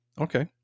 Okay